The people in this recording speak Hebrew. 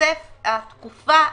תיוסף התקופה